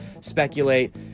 speculate